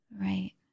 Right